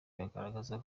bagaragaza